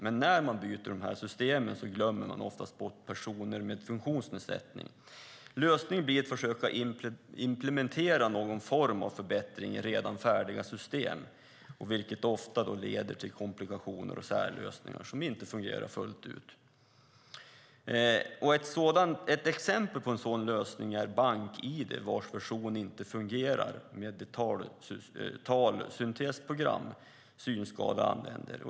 Men när man byter system glömmer man ofta bort personer med funktionsnedsättningar. Lösningen blir att försöka implementera någon form av förbättring i redan färdiga system, vilket ofta leder till komplikationer och särlösningar som inte fungerar fullt ut. Ett exempel på en sådan lösning är Bank-ID, vars version inte fungerar med de talsyntesprogram synskadade använder.